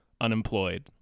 unemployed